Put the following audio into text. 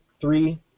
three